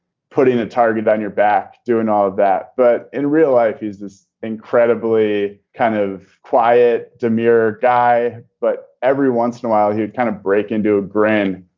putting a target on your back, doing all of that. but in real life, is this incredibly kind of quiet. the mirror guy. but every once in awhile, he would kind of break into a grin.